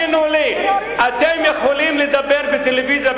אתם יכולים לדבר בטלוויזיה,